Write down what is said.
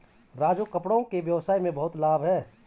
राजू कपड़ों के व्यवसाय में बहुत लाभ है